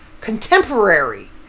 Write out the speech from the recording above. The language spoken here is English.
contemporary